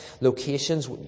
locations